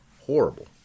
horrible